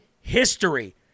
history